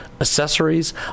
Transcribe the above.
accessories